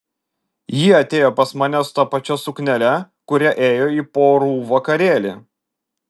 ji atėjo pas mane su ta pačia suknele kuria ėjo į porų vakarėlį